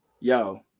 yo